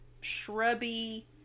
shrubby